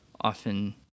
often